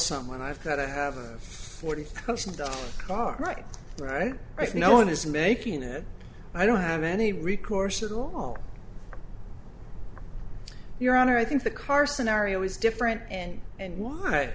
someone i've got to have a forty thousand dollars car right right right no one is making it i don't have any recourse at all your honor i think the car scenario is different and and why